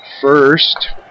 first